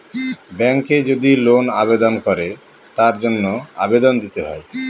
ব্যাঙ্কে যদি লোন আবেদন করে তার জন্য আবেদন দিতে হয়